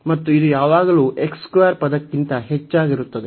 ಮತ್ತು ಇದು ಯಾವಾಗಲೂ ಪದಕ್ಕಿಂತ ಹೆಚ್ಚಾಗಿರುತ್ತದೆ